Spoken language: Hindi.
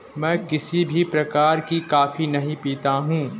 मैं किसी भी प्रकार की कॉफी नहीं पीता हूँ